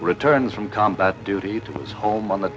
returns from combat duty to his home on the